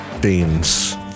Beans